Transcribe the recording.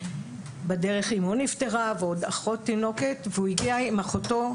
בדרך אימו נפטרה ועוד אחות תינוקת והוא הגיע עם אחותו,